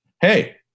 hey